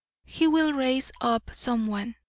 he will raise up someone.